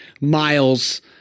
Miles